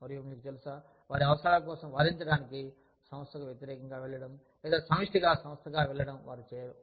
మరియు మీకు తెలుసా వారి అవసరాల కోసం వాదించడానికి సంస్థకు వ్యతిరేకంగా వెళ్లడం లేదా సమిష్టి సంస్థగా వెళ్లడం వారు చేయరు